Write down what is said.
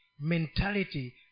mentality